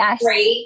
great